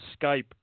Skype